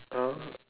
uh